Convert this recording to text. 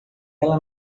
ela